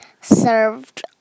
served